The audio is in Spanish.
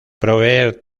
proveer